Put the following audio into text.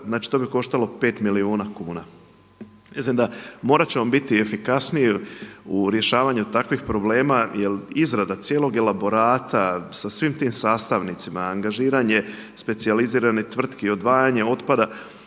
znači to bi koštalo 5 milijuna kuna. Mislim da morati ćemo biti efikasniji u rješavanju takvih problema jer izrada cijelog elaborata sa svim tim sastavnicima, angažiranje specijaliziranih tvrtki i odvajanje otpada